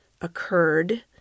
occurred